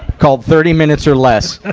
called thirty minutes or less, ah